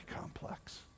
complex